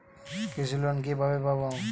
কৃষি লোন কিভাবে পাব?